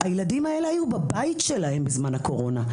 הילדים האלה היו בבית שלהם בזמן הקורונה.